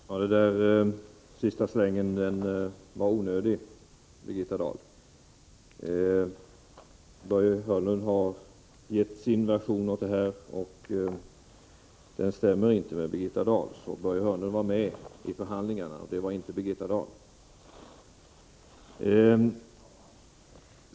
Herr talman! Den där sista slängen var onödig, Birgitta Dahl. Börje Hörnlund har själv gett sin version av detta, och den stämmer inte med Birgitta Dahls. Börje Hörnlund var med vid förhandlingarna, men det var inte Birgitta Dahl.